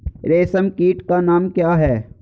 रेशम कीट का नाम क्या है?